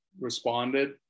responded